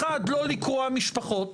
לא לקרוע משפחות